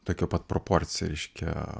tokia pat proporcija reiškia